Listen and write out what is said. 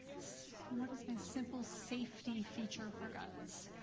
what is my simple safety feature for guns?